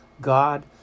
God